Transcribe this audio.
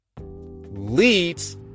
leads